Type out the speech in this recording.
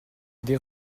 des